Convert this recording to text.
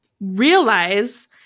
realize